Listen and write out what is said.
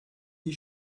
die